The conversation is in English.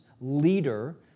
leader